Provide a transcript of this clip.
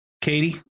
Katie